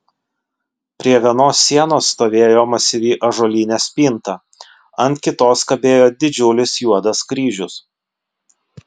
prie vienos sienos stovėjo masyvi ąžuolinė spinta ant kitos kabėjo didžiulis juodas kryžius